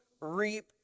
reap